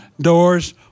doors